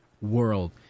world